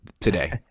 today